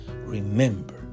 Remember